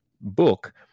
book